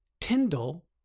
Tyndall